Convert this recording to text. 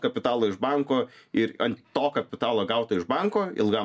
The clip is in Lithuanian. kapitalo iš banko ir ant to kapitalo gauto iš banko ilgam